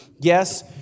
Yes